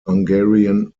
hungarian